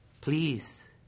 please